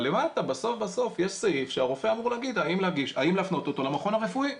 אבל למטה בסוף יש סעיף שהרופא אמור להגיד האם להפנות אותו למכון הרפואי.